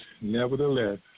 nevertheless